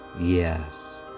Yes